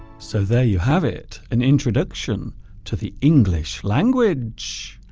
so there you have it an introduction to the english language